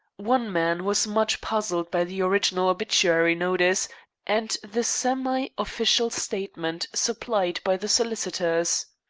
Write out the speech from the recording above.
one man was much puzzled by the original obituary notice and the semi-official statement supplied by the solicitors.